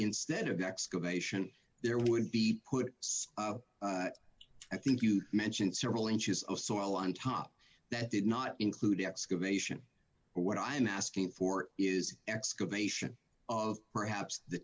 instead of excavation there would be put so i think you mentioned several inches of soil on top that did not include excavation but what i am asking for is excavation of perhaps the